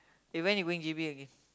eh when you going J_B again